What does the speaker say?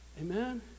Amen